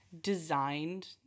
designed